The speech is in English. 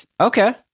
okay